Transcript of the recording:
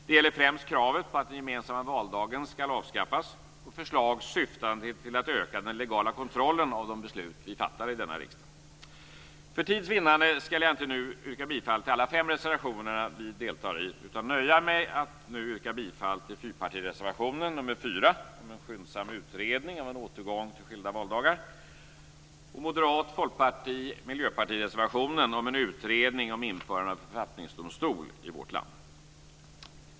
Det gäller främst kravet på att den gemensamma valdagen skall avskaffas och förslag syftande till att öka den legala kontrollen av de beslut vi fattar i denna riksdag. För tids vinnande skall jag inte nu yrka bifall till alla de fem reservationer som vi deltar i utan nöja mig med att yrka bifall till fyrpartireservationen nr 4 om en skyndsam utredning av en återgång till skilda valdagar och till moderat-, folkparti och miljöpartireservationen nr 15 om en utredning om införande av författningsdomstol i vårt land.